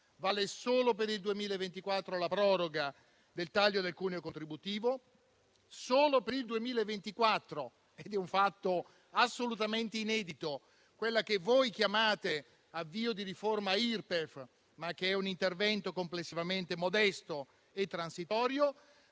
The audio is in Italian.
Vale solo per il 2024 la proroga del taglio del cuneo contributivo; vale solo per il 2024 - ed è un fatto assolutamente inedito - quella che voi chiamate avvio di riforma IRPEF, ma che è un intervento complessivamente modesto e transitorio;